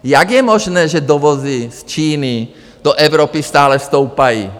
Jak je možné, že dovozy z Číny do Evropy stále stoupají?